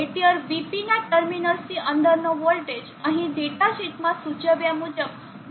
Peltier Vp ના ટર્મિનલ્સની અંદરનો વોલ્ટેજ અહીં ડેટા શીટમાં સૂચવ્યા મુજબ મહત્તમ કરતાં વધુ ન હોવો જોઈએ